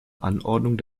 anordnung